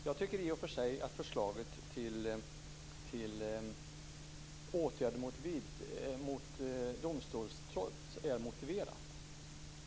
Jag tycker i och för sig att förslaget till åtgärder mot domstolstrots är motiverat.